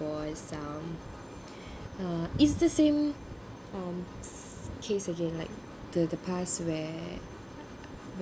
was um uh is the same um case of it like the the past where